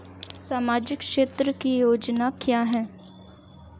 सामाजिक क्षेत्र की योजना क्या है?